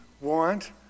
want